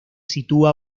sitúa